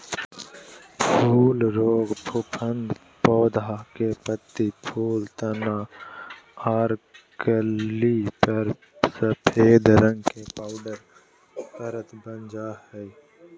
फूल रोग फफूंद पौधा के पत्ती, फूल, तना आर कली पर सफेद रंग के पाउडर परत वन जा हई